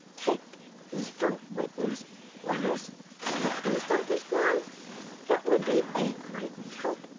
take mr. whitner's letters to the post office for him that would be a great help.